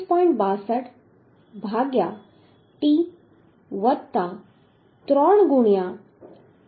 62 ભાગ્યા t વત્તા 3 ગુણ્યા 193